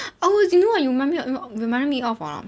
oh do you know what you remind me oh reminded me of or not